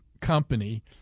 company